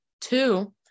Two